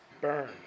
burn